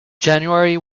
january